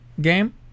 game